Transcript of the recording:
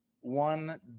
one